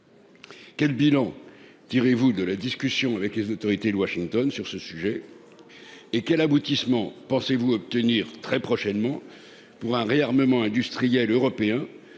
Quel bilan tirez-vous de vos discussions avec les autorités de Washington ? Quel aboutissement pensez-vous obtenir très prochainement en faveur d'un réarmement industriel européen ?